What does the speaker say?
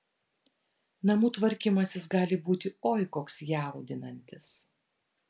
namų tvarkymasis gali būti oi koks jaudinantis